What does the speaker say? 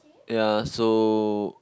ya so